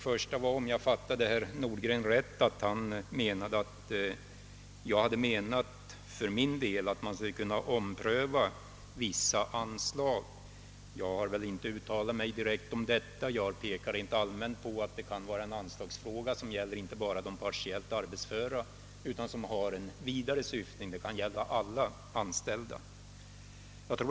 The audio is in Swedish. Herr Nordgren uppfattade tydligen mina ord så, att jag ansåg att vi skulle ompröva vissa anslag. Det har jag emellertid inte uttalat mig direkt om. Jag pekade bara helt allmänt på att det kan vara en anslags fråga, som inte bara avser de partiellt arbetsföra utan som har en vidare syftning och kan gälla alla anställda.